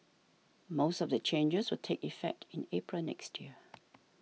most of the changes will take effect in April next year